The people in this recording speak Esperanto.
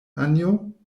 anjo